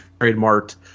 trademarked